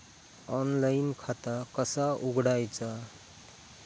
Online खाता कसा उघडायचा?